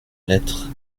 lettre